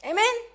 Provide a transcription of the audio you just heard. Amen